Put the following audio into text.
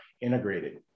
integrated